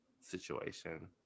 situation